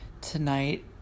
Tonight